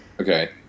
okay